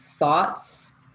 Thoughts